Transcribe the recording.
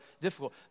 difficult